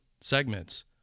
segments